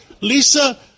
Lisa